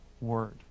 word